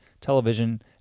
television